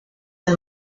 del